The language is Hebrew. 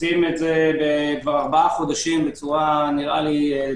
עושים את זה ארבעה חודשים בצורה טובה.